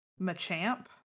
Machamp